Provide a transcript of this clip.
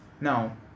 Now